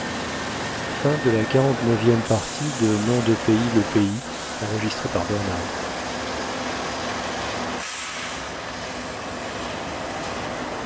de lui-même le